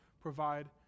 provide